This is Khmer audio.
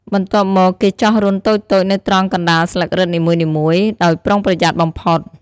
បន្ទាប់មក គេចោះរន្ធតូចៗនៅត្រង់កណ្តាលស្លឹករឹតនីមួយៗ ដោយប្រុងប្រយ័ត្នបំផុត។